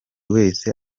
wese